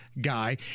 guy